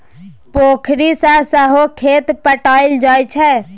पोखरि सँ सहो खेत पटाएल जाइ छै